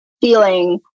feeling